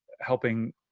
helping